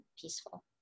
peaceful